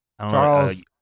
Charles